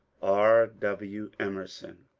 r. w. emerson.